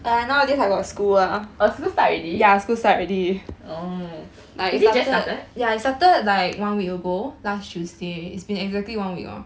oh school start already is it just started